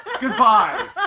Goodbye